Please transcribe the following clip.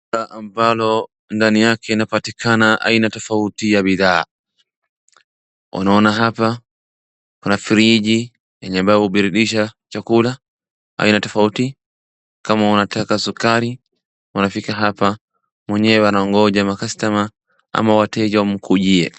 Duka ambalo ndani yake inapatikana aina tofauti ya bidhaa, unaona hapa kuna friji yenye ambayo huburudisha chakula aina tofauti, kama unataka sukari unafika hapa mwenye anaongoja makastoma ama wateja wamkujie.